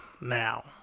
now